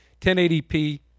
1080p